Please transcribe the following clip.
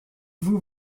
vous